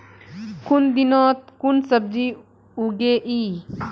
कुन दिनोत कुन सब्जी उगेई?